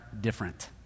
different